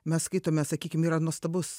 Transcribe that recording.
mes skaitome sakykim yra nuostabus